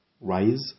rise